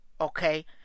okay